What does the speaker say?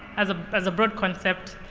as ah as a broad concept,